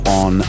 on